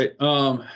right